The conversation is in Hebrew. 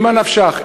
ממה נפשך,